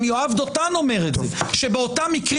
גם יואב דותן אומר את זה באותם מקרים